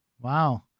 Wow